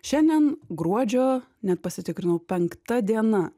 šiandien gruodžio net pasitikrinau penkta diena